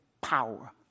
power